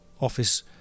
office